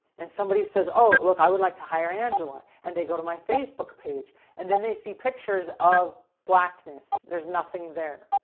and somebody says oh look, i would like to hire angela. and they go to my facebook page and then they see pictures of blackness. there's nothing there,